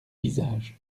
visages